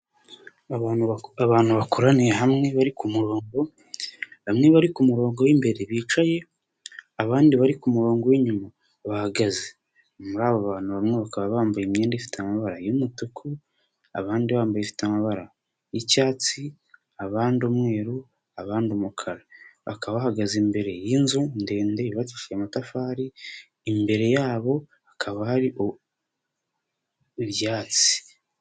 Abantu bakoraniye hamwe bari ku murongo. Bamwe bari ku murongo w'imbere bicaye, abandi bari ku murongo w'inyuma bahagaze. Muri abo bantu bamwe bakaba bambaye imyenda ifite amabara y'umutuku, abandi bambaye ifite amabara y'icyatsi, abandi umweru, abandi umukara. Bakaba bahagaze imbere y'inzu ndende yubakishije amatafari. Imbere yabo hakaba hari ibyatsi.